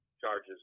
charges